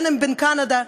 אם בקנדה,